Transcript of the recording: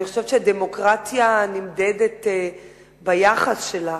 אני חושבת שדמוקרטיה נמדדת ביחס שלה